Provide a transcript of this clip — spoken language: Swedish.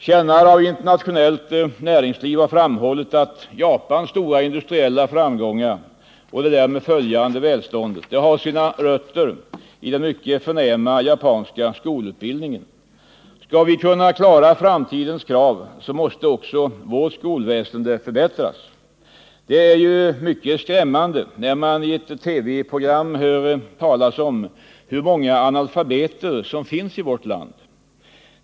Kännare av internationellt näringsliv har framhållit att Japans stora industriella framgångar och det därmed följande välståndet har sina rötter i den mycket förnämliga japanska skolutbildningen. Skall vi kunna klara framtidens krav måste också vårt skolväsende förbättras. Det är ju mycket skrämmande, när man i ett TV-program hör talas om hur många analfabeter som finns i vårt land.